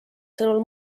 sõnul